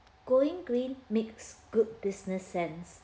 going green makes good business sense